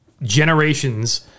generations